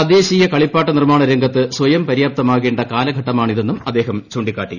തദ്ദേശീയ കളിപ്പാട്ടനിർമാണ രംഗത്ത് സ്വയം പര്യാപ്തമാകേണ്ട കാലി പ്ലിട്ട്മാണിതെന്നും അദ്ദേഹം ചൂണ്ടിക്കാട്ടി